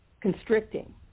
constricting